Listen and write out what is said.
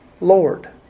Lord